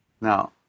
Now